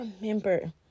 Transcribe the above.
remember